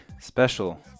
special